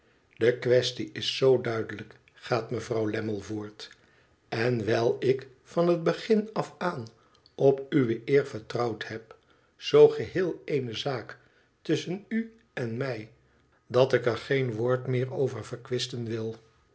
de quaestie is zoo duidelijk gaat mevrouw lammie voort en wijl ik van het begin af aan op uwe eer vertrouwd heb zoo geheel eene zaak tusschen u en mij dat ik er geen woord meer over verkwisten wil